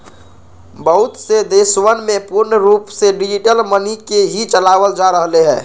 बहुत से देशवन में पूर्ण रूप से डिजिटल मनी के ही चलावल जा रहले है